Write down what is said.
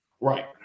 Right